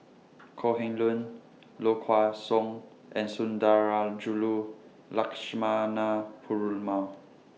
Kok Heng Leun Low Kway Song and Sundarajulu Lakshmana Perumal